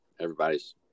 everybody's